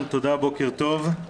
מצוין, תודה, בוקר טוב.